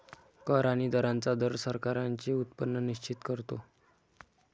कर आणि दरांचा दर सरकारांचे उत्पन्न निश्चित करतो